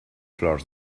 flors